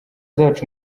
zacu